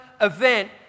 event